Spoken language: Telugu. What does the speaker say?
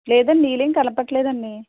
లేదండి నీళ్ళు ఏమి కలపట్లేదండి